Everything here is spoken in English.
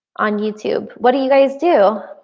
on youtube what do you guys do?